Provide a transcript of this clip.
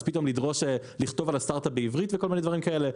אז פתאום לדרוש לכתוב על הסטארט-אפ בעברית וכל מיני דברים כאלה,